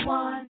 one